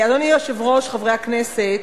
אדוני היושב-ראש, חברי הכנסת,